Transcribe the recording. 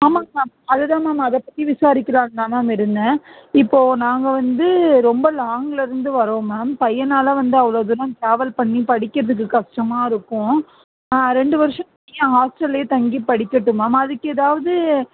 ஆமாங்க மேம் அதுதான் மேம் அதை பற்றி விசாரிக்கலாம்னுதான் இருந்தேன் இப்போ நாங்கள் வந்து ரொம்ப லாங்கிலருந்து வரோம் மேம் பையனால் வந்து அவ்வளோ இதெல்லாம் ட்ராவல் பண்ணி படிக்கிறத்துக்கு கஷ்டமா இருக்கும் ரெண்டு வருஷத்துக்கு இங்கே ஹாஸ்டெல்லேயே தங்கி படிக்கட்டும் மேம் அதுக்கு ஏதாவது